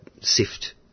sift